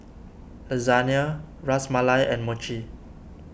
Lasagne Ras Malai and Mochi